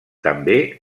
també